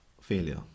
failure